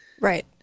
right